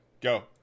go